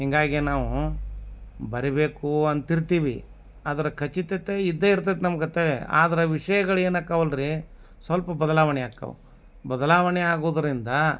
ಹೀಗಾಗಿ ನಾವು ಬರಿಬೇಕು ಅಂತ ಇರ್ತೀವಿ ಅದ್ರ ಖಚಿತತೆ ಇದ್ದೇ ಇರ್ತದ್ ನಮ್ಮ ಜೊತೇ ಆದ್ರೆ ವಿಷಯಗಳು ಏನು ಆಕ್ತವಲ್ಲ ರೀ ಸ್ವಲ್ಪ ಬದಲಾವಣೆ ಆಕ್ತವ್ ಬದಲಾವಣೆ ಆಗೋದ್ರಿಂದ